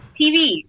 TV